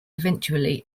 eventually